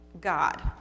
God